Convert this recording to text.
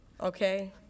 okay